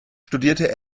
studierte